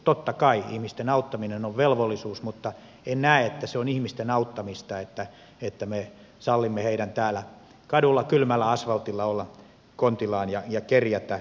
totta kai ihmisten auttaminen on velvollisuus mutta en näe että se on ihmisten auttamista että me sallimme heidän täällä kadulla kylmällä asvaltilla olla kontillaan ja kerjätä rahaa